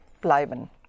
Bleiben